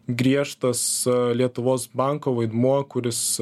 griežtas lietuvos banko vaidmuo kuris